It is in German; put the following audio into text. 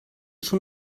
schon